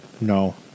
No